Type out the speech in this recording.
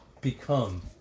become